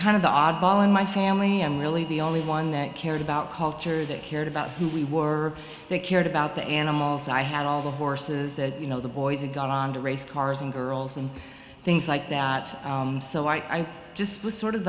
of the oddball in my family i'm really the only one that cared about culture that cared about who we were they cared about the animals i had all the horses and you know the boys and got on to race cars and girls and things like that so i just was sort of